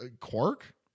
Quark